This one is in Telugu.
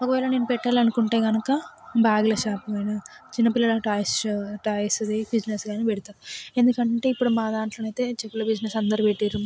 ఒకవేళ నేను పెట్టాలి అనుకుంటే కనుక బ్యాగుల షాపు అయినా చిన్నపిల్లల టాయ్స్ టాయ్స్ది బిజినెస్ కానీ పెడతాను ఎందుకంటే ఇప్పుడు మా దాంట్లోని అయితే చెప్పుల బిజినెస్ అందరు పెట్టిర్రు